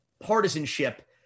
partisanship